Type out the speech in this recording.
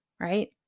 Right